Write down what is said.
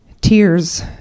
tears